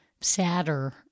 sadder